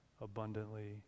abundantly